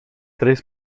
três